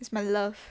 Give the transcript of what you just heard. it's my love